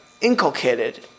inculcated